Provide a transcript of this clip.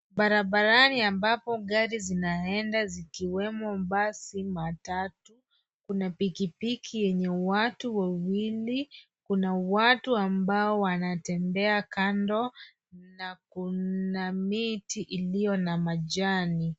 Barabarani ambapo gari zinaenda zikiwemo basi, matatu. Kuna pikipiki yenye watu wawili. Kuna watu ambao wanatembea kando, na kuna miti ilio na majani.